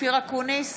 אופיר אקוניס,